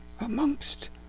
amongst